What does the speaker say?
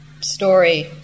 story